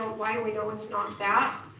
ah why do we know it's not that?